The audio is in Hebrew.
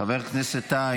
חבר הכנסת טהא,